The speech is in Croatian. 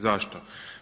Zašto?